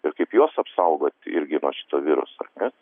ir kaip juos apsaugot irgi nuo šito viruso ar ne